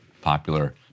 popular